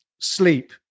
sleep